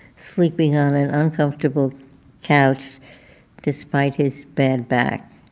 sleeping on an uncomfortable couch despite his bad back.